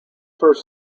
first